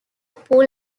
pool